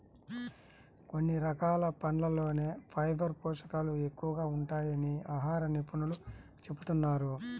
కొన్ని రకాల పండ్లల్లోనే ఫైబర్ పోషకాలు ఎక్కువగా ఉంటాయని ఆహార నిపుణులు చెబుతున్నారు